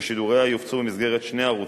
ששידוריה יופצו במסגרת שני ערוצים.